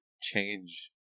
change